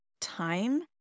time